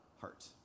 heart